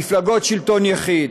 מפלגות שלטון יחיד